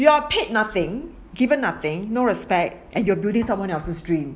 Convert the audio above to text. you are paid nothing given nothing no respect and you're building someone else's dream